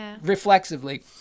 reflexively